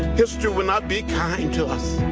history will not be kind to us.